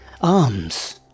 Arms